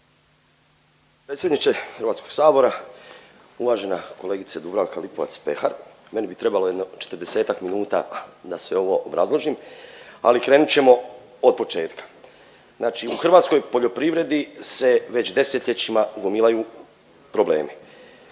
predsjedniče HS. Uvažena kolegice Dubravka Lipovac Pehar, meni bi trebalo jedno 40-tak minuta da sve ovo obrazložim, ali krenut ćemo od početka, znači u hrvatskoj poljoprivredi se već 10-ljećima gomilaju problemi.